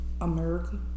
America